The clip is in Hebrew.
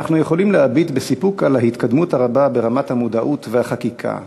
אנחנו יכולים להביט בסיפוק על ההתקדמות הרבה ברמת המודעות והחקיקה.